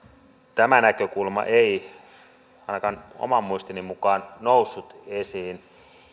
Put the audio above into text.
tämä näkökulma ei ainakaan oman muistini mukaan noussut esiin